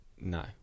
No